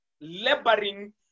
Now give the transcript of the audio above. laboring